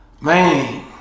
man